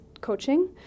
coaching